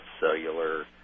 cellular